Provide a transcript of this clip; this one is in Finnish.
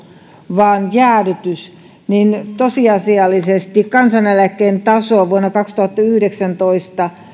vaan jäädytys niin tosiasiallisesti kansaneläkkeen taso vuonna kaksituhattayhdeksäntoista